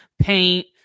paint